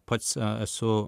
pats esu